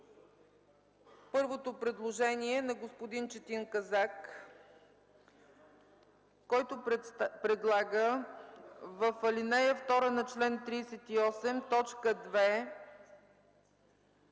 Първото предложение е на господин Четин Казак, който предлага в ал. 2 на чл. 38, т.